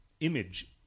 Image